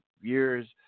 years